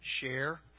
share